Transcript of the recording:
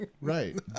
right